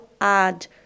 add